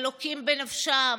הלוקים בנפשם,